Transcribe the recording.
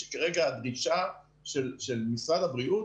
שכרגע הגישה של משרד הבריאות